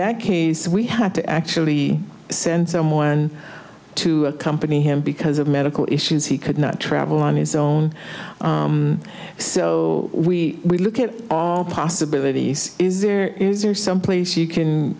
that case we had to actually send someone to accompany him because of medical issues he could not travel on his own so we look at all possibilities is there someplace you can